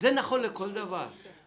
זה נכון לכל דבר.